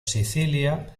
sicilia